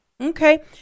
Okay